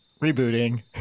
Rebooting